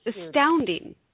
astounding